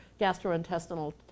gastrointestinal